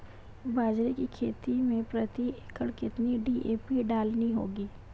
बाजरे की खेती में प्रति एकड़ कितनी डी.ए.पी डालनी होगी?